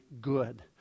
good